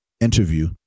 interview